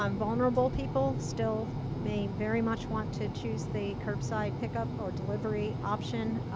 um vulnerable people still may very much want to choose the curbside pickup or delivery option.